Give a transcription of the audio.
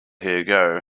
here